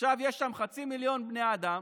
עכשיו יש שם חצי מיליון בני אדם,